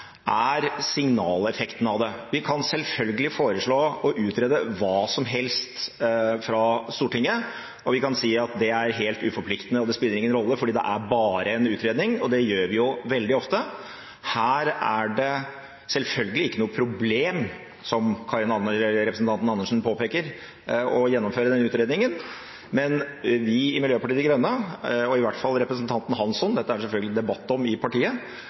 er signaleffekten av det. Vi kan selvfølgelig foreslå å utrede hva som helst fra Stortinget, og vi kan si at det er helt uforpliktende – det spiller ingen rolle, fordi det bare er en utredning. Det gjør vi jo veldig ofte. Her er det selvfølgelig ikke noe problem, som representanten Karin Andersen påpeker, å gjennomføre den utredningen, men vi i Miljøpartiet De Grønne, og i hvert fall representanten Hansson – dette er det selvfølgelig debatt om i partiet,